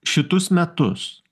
šitus metus